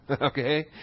okay